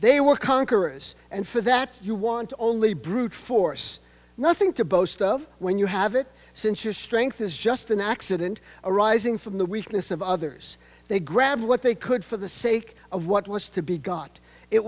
they were conquerors and for that you want only brute force nothing to boast of when you have it since your strength is just an accident arising from the weakness of others they grabbed what they could for the sake of what was to be got it